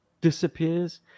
disappears